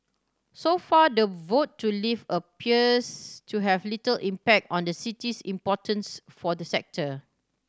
so far the vote to leave appears to have little impact on the city's importance for the sector